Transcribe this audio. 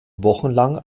wochenlang